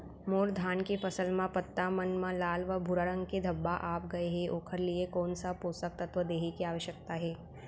मोर धान के फसल म पत्ता मन म लाल व भूरा रंग के धब्बा आप गए हे ओखर लिए कोन स पोसक तत्व देहे के आवश्यकता हे?